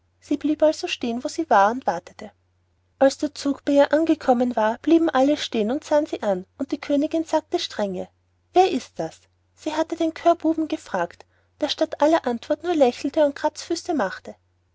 sie blieb also stehen wo sie war und wartete als der zug bei ihr angekommen war blieben alle stehen und sahen sie an und die königin sagte strenge wer ist das sie hatte den coeur buben gefragt der statt aller antwort nur lächelte und kratzfüße machte